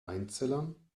einzellern